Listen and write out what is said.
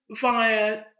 via